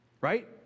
Right